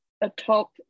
atop